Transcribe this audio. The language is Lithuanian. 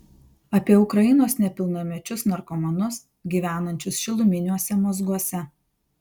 apie ukrainos nepilnamečius narkomanus gyvenančius šiluminiuose mazguose